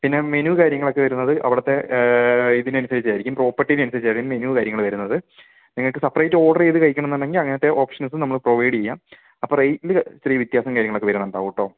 പിന്നെ മെനു കാര്യങ്ങളൊക്കെ വരുന്നത് അവിടുത്തെ ഇതിനനുസരിച്ചായിരിക്കും പ്രോപ്പർട്ടിനെ അനുസരിച്ചായിരിക്കും മെനു കാര്യങ്ങൾ വരുന്നത് നിങ്ങൾക്ക് സപ്പറേറ്റ് ഓർഡർ ചെയ്ത് കഴിക്കണമെന്നുണ്ടെങ്കിൽ അങ്ങനത്തെ ഓപ്ഷൻസും നമ്മൾ പ്രൊവൈഡ് ചെയ്യാം അപ്പം റേറ്റിൽ ചെറിയ വ്യത്യാസം കാര്യങ്ങളൊക്കെ വരുന്നുണ്ടാവും കേട്ടോ